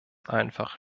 einfach